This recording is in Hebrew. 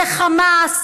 זה חמאס,